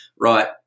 right